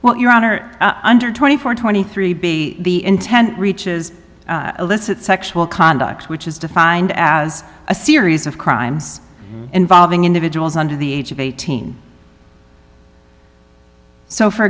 well your honor under twenty four twenty three b the intent reaches illicit sexual conduct which is defined as a series of crimes involving individuals under the age of eighteen so for